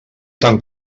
tant